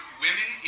women